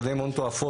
לשלם הון תועפות,